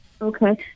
Okay